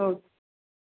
okay